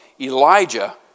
Elijah